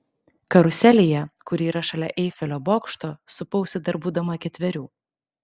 karuselėje kuri yra šalia eifelio bokšto supausi dar būdama ketverių